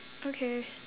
okay